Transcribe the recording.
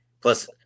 Plus